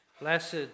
Blessed